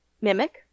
Mimic